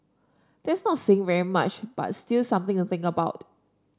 that's not saying very much but still something to think about